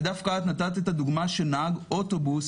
ודווקא את נתת את הדוגמה של נהג אוטובוס,